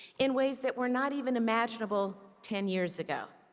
in ways that were not even imaginable ten years ago.